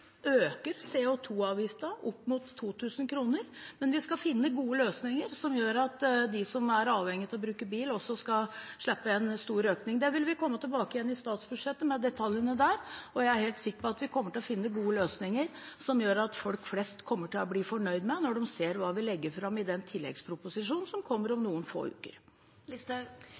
øker CO 2 -avgiften opp mot 2 000 kr, men vi skal finne gode løsninger som gjør at de som er avhengige av å bruke bil, skal slippe en stor økning. Vi vil komme tilbake med detaljene i statsbudsjettet, og jeg er helt sikker på at vi kommer til å finne gode løsninger som gjør at folk flest, når de ser hva vi legger fram i tilleggsproposisjonen som kommer om noen få